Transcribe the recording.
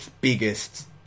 biggest